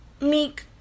Meek